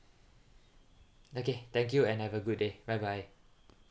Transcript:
okay thank you and have a good day bye bye